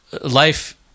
life